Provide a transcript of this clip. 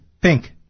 pink